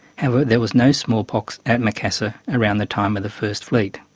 however there was no smallpox at macassar around the time of the first fleet.